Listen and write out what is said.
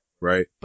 Right